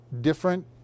different